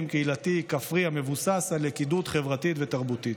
קהילתי כפרי המבוסס על לכידות חברתית ותרבותית.